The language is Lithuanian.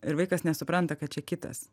ir vaikas nesupranta kad čia kitas